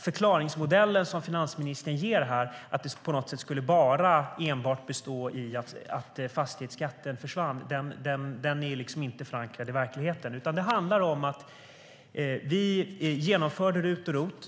Finansministerns förklaringsmodell, att det enbart skulle bero på att fastighetsskatten försvann, är inte förankrad i verkligheten. Vi genomförde RUT och ROT.